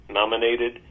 nominated